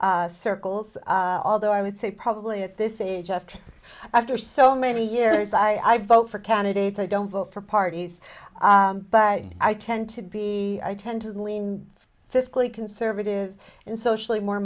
circles although i would say probably at this age after after so many years i vote for candidates i don't vote for parties but i tend to be i tend to lean fiscally conservative and socially more